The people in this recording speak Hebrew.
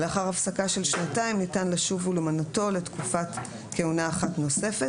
ולאחר הפסקה של שנתיים ניתן לשוב ולמנותו לתקופת כהונה אחת נוספת.